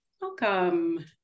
welcome